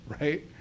right